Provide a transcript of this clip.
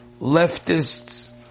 leftists